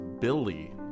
Billy